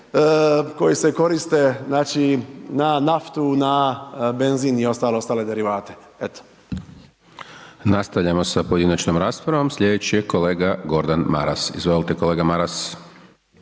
koji se koriste na naftu, na benzin i ostale derivate.